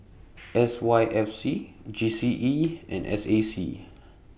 S Y F C G C E and S A C